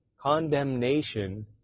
Condemnation